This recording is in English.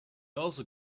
also